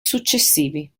successivi